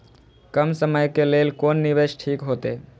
कम समय के लेल कोन निवेश ठीक होते?